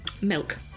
Milk